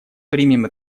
примем